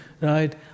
right